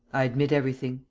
i admit everything.